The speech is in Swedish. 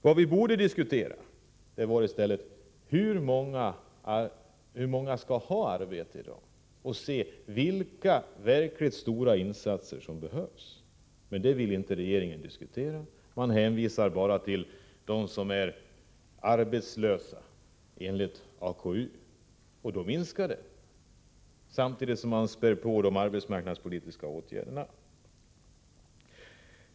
Vi borde i stället diskutera hur många som skall ha arbete i dag och vilka verkligt stora insatser som behövs. Men regeringen vill inte diskutera det. Den hänvisar bara till de som är arbetslösa enligt statistiska centralbyråns arbetskraftsundersökningar, och det antalet minskar något litet. Samtidigt späder man på med de arbetsmarknadspolitiska åtgärderna.